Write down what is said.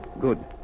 Good